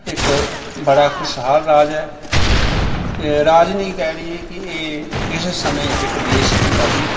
ਇੱਕ ਬੜਾ ਖੁਸ਼ਹਾਲ ਰਾਜ ਹੈ ਰਾਜ ਨਹੀਂ ਕਹਿ ਲਈਏ ਕਿ ਇਹ ਕਿਸੇ ਸਮੇਂ ਇੱਕ ਦੇਸ਼ ਹੁੰਦਾ ਸੀ